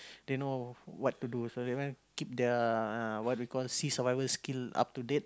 they know what to do so they keep their uh what we call sea survival skill up to date